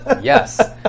Yes